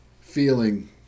feeling